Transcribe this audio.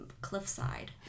cliffside